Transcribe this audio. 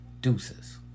Deuces